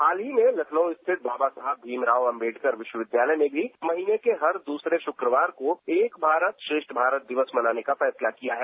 हाल ही में लखनऊ स्थित बाबा साहेब भीमराव अम्बेडकर विश्वविद्यालय में भी महीने के हर द्रसरे शुक्रवार को एक भारत श्रेष्ठ भारत दिवस मनाने का फैसला किया है